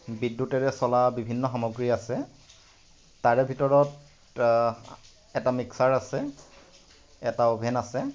বিদ্য়ুতেৰে চলা বিভিন্ন সামগ্ৰী আছে তাৰে ভিতৰত এটা মিক্সাৰ আছে এটা অভেন আছে